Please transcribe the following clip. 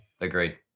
agreed